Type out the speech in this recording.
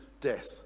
death